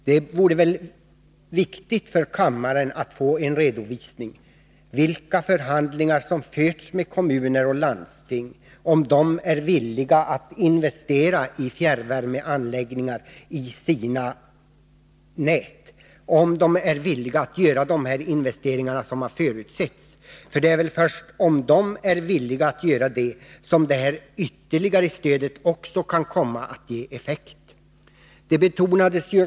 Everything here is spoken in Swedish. Det är viktigt att vi här i kammaren får en redovisning av vilka förhandlingar som har förts med kommuner och landsting om huruvida de är villiga att investera i fjärrvärmeanläggningar i sina nät, om de är villiga att göra de investeringar som har förutsatts. Det är nämligen först när de är villiga att göra det som det här ytterligare stödet kan ge effekt.